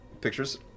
pictures